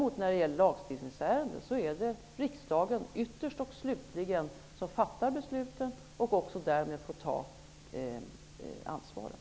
När det däremot gäller lagstiftningsfrågor är det riksdagen ytterst och slutligen som fattar besluten och därmed får ta ansvaret.